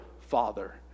Father